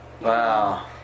Wow